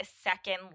second